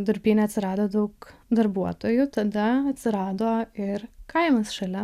durpyne atsirado daug darbuotojų tada atsirado ir kaimas šalia